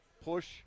push